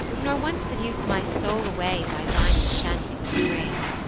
nor once seduce my soul away, by thine enchanting strain.